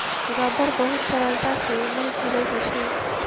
रबड़ बहुत सरलता से नै घुलैत अछि